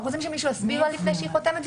אנחנו רוצים שמישהו יסביר לה לפני שהיא חותמת,